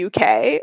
UK